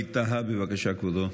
ווליד טאהא, בבקשה, כבודו.